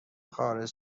خارج